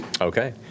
okay